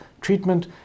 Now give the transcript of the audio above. treatment